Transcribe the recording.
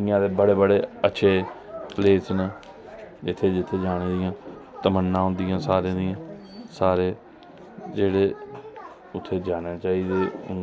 इंया गै बड़े बड़े अच्छे पलेस न जित्थें जि्त्थें जाना चाहिदा तमन्ना होंदियां सारे दियां सारे जेह्ड़े उत्थें जाना चाही दे हून